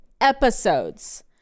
episodes